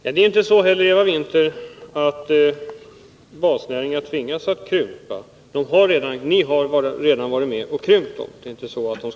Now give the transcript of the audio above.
Det är inte heller så, Eva Winther, att basnäringarna kommer att krympa — ni har redan varit med om att krympa dem.